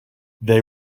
they